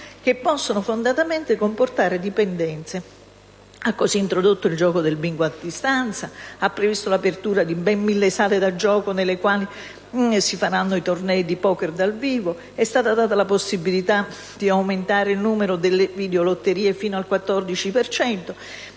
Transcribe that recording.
che possono fondatamente comportare dipendenze. Ha così introdotto il gioco del Bingo a distanza; ha previsto l'apertura di ben 1.000 sale da gioco nelle quali si faranno i tornei di poker dal vivo; è stata data la possibilità di aumentare il numero delle *VideoLottery* fino al 14